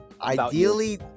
Ideally